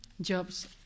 jobs